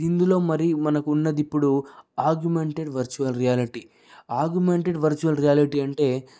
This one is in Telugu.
ఇందులో మరి మనకు ఉన్నది ఇప్పుడు augmented virtual reality augmented virtual reality అంటే